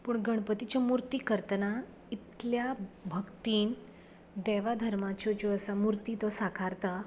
पूण गणपतीच्यो मुर्ती करतना इतल्या भक्तीन देवा धर्माच्यो जो आसा मुर्ती तो साकारता